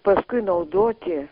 paskui naudoti